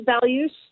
values